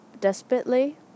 Desperately